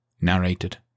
Narrated